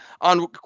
on